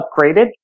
upgraded